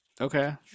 Okay